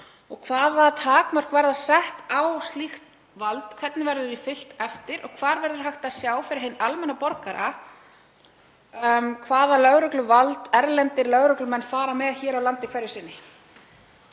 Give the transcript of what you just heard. og hvaða takmörk verða sett á slíkt vald? Hvernig verður því fylgt eftir og hvar verður hægt að sjá fyrir hinn almenna borgara hvaða lögregluvald erlendir lögreglumenn fara með hér á landi hverju sinni?